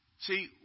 See